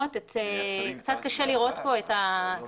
נבחרים בדרך שקופה ומסודרת שמבטאת את הלכי